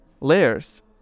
layers